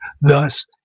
Thus